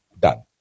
done